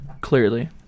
clearly